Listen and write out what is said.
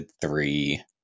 Three